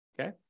Okay